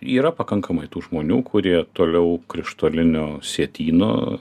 yra pakankamai tų žmonių kurie toliau krištolinio sietyno